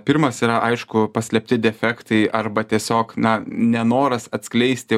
pirmas yra aišku paslėpti defektai arba tiesiog na nenoras atskleisti